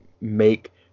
make